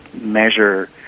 measure